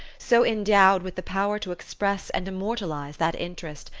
so endowed with the power to express and immortalize that interest,